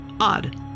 odd